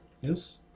Yes